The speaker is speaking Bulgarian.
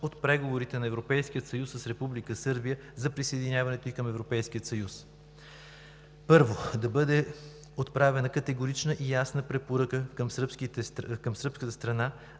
от преговорите на Европейския съюз с Република Сърбия за присъединяването ѝ към Европейския съюз. Първо, да бъде отправена категорична и ясна препоръка към сръбската страна